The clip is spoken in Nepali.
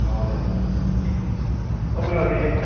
हजुर हजुर हजुर तपाईँले अनि यस्तो